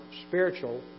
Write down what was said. spiritual